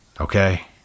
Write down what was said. okay